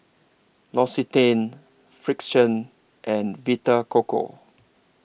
L'Occitane Frixion and Vita Coco